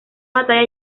batalla